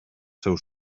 seu